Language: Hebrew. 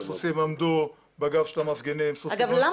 הסוסים עמדו בגב של המפגינים.